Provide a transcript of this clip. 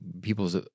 people's